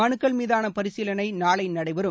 மனுக்கள் மீதான பரிசீலனை நாளை நடைபெறும்